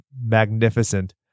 magnificent